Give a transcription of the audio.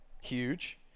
Huge